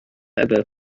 other